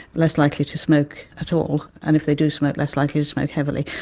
less likely to smoke at all, and if they do smoke, less likely to smoke heavily.